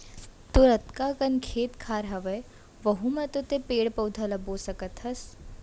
तोर अतका कन खेत खार हवय वहूँ म तो पेड़ पउधा ल बो सकत हस